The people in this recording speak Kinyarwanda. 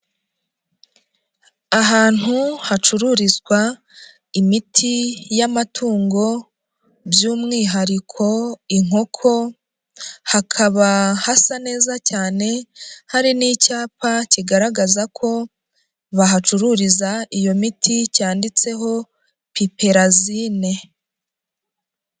Ahantu hacururizwa imiti y'amatungo, by'umwihariko inkoko, hakaba hasa neza cyane, hari n'icyapa kigaragaza ko bahacururiza iyo miti, cyanditseho piperazine.